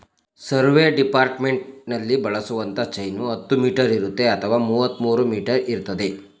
survey ಡಿಪಾರ್ಟ್ಮೆಂಟ್ನಲ್ಲಿ ಬಳಸುವಂತ chain ಹತ್ತು ಮೀಟರ್ ಇರುತ್ತೆ ಅಥವಾ ಮುವತ್ಮೂರೂ ಮೀಟರ್ ಇರ್ತದೆ